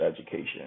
education